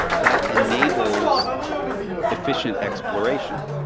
that enables efficient exploration.